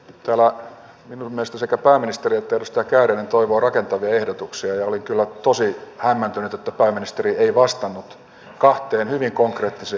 täällä minun mielestäni sekä pääministeri että edustaja kääriäinen toivovat rakentavia ehdotuksia ja olin kyllä tosi hämmentynyt että pääministeri ei vastannut kahteen hyvin konkreettiseen ehdotukseen